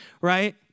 Right